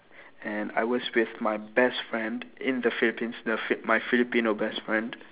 and I was with my best friend in the philippines the f~ my filipino best friend